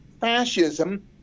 fascism